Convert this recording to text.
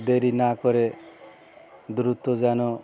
দেরি না করে দ্রুত যেন